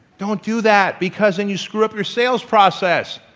don't do that because then you screw up your sales process.